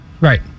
right